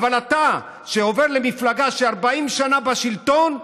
אבל אתה עובר למפלגה ש-40 שנה בשלטון,